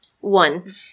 One